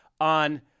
on